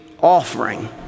offering